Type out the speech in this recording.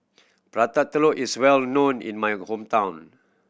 Prata Telur is well known in my hometown